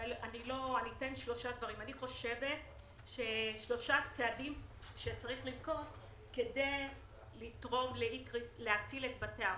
יש שלושה צעדים שצריך לנקוט כדי להציל את בתי האבות.